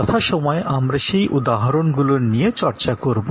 যথাসময়ে আমরা সেই উদাহরণগুলো নিয়ে চর্চা করবো